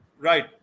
Right